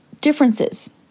differences